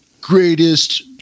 greatest